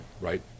right